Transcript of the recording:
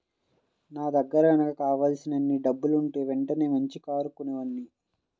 నా దగ్గర గనక కావలసినన్ని డబ్బులుంటే వెంటనే మంచి కారు కొనేవాడ్ని